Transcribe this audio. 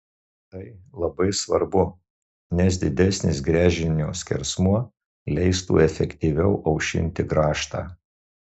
tai labai svarbu nes didesnis gręžinio skersmuo leistų efektyviau aušinti grąžtą